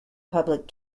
public